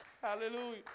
Hallelujah